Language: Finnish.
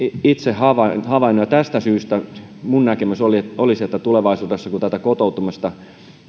itse havainnut ja tästä syystä minun näkemykseni olisi että kun tulevaisuudessa tätä kotouttamista